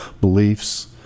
beliefs